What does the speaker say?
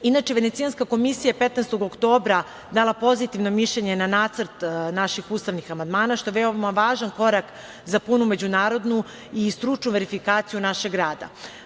Inače, Venecijanska komisija 15. oktobra dala pozitivno mišljenje na nacrt naših ustavnih amandman, što je veoma važan korak za punu međunarodnu i stručnu verifikaciju našeg rada.